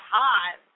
hot